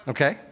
Okay